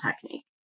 technique